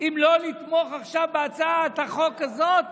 אם לא נתמוך עכשיו בהצעת החוק הזאת,